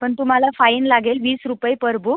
पण तुम्हाला फाईन लागेल वीस रुपये पर बुक